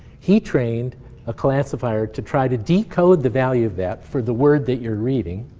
he trained a classifier to try to decode the value of that for the word that you're reading